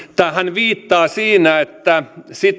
viittaa että